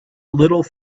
little